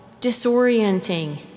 disorienting